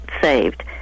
saved